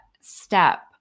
step